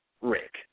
Rick